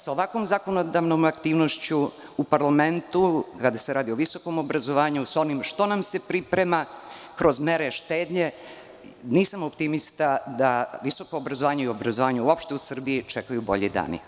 Sa ovakvom zakonodavnom aktivnošću u parlamentu, kada se radi o visokom obrazovanju, sa onim što nam se priprema kroz mere štednje, nisam optimista da visoko obrazovanje i obrazovanje uopšte u Srbiji čekaju bolji dani.